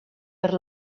per